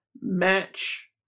match